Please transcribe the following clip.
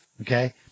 okay